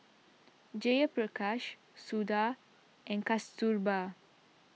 Jayaprakash Suda and Kasturba